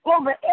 over